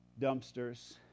dumpsters